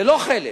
זה לא חלם,